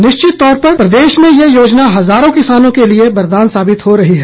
निश्चित तौर पर प्रदेश में यह योजना हजारों किसानों के लिए वरदान साबित हो रही है